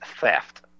theft